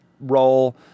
role